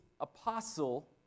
apostle